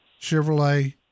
Chevrolet